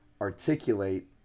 articulate